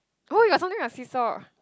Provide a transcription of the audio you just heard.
oh you are finding a seesaw